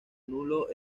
nulo